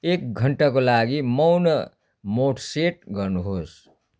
एक घन्टाको लागि मौन मोड सेट गर्नुहोस्